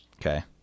Okay